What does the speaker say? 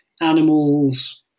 animals